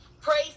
praise